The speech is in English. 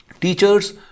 Teachers